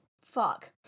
fuck